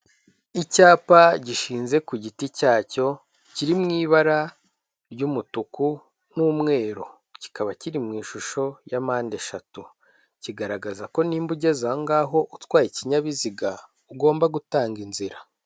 Icyapa gishinze ku giti cyacyo kiri mu ibara ry'umutuku n'umweru kikaba kiri mu ishusho ya mpande eshatu, kigaragaza ko nimba ugeze aho ngaho utwaye ikinyabiziga ugomba gutanga inzira.